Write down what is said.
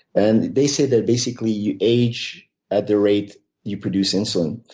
and they say that basically you age at the rate you produce insulin.